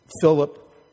Philip